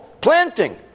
planting